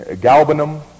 Galbanum